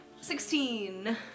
Sixteen